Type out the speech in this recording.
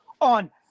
on